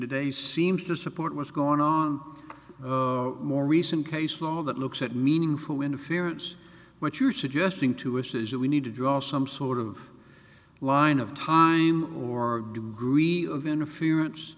today seems to support what's going on more recent case law that looks at meaningful interference what you're suggesting to us is that we need to draw some sort of line of time or degree of interference